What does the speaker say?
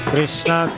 Krishna